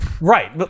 Right